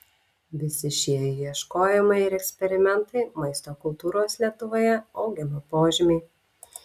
visi šie ieškojimai ir eksperimentai maisto kultūros lietuvoje augimo požymiai